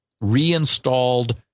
reinstalled